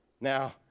Now